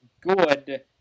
good